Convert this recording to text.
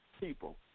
people